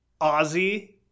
Ozzy